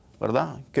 ¿verdad